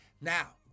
Now